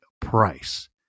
price